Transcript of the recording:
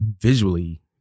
visually